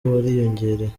wariyongereye